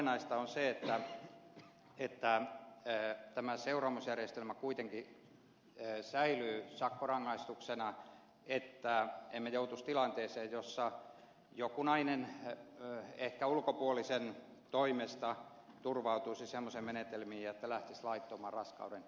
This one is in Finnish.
olennaista on se että tämä seuraamusjärjestelmä kuitenkin säilyy sakkorangaistuksena jotta emme joutuisi tilanteeseen jossa joku nainen ehkä ulkopuolisen toimesta turvautuisi semmoisiin menetelmiin että lähtisi laittomaan raskauden keskeyttämiseen